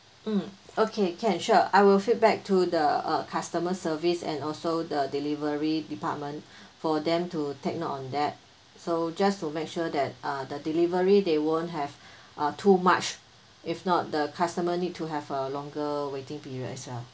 mm okay can sure I will feedback to the uh customer service and also the delivery department for them to take note on that so just to make sure that uh the delivery they won't have uh too much if not the customer need to have a longer waiting period as well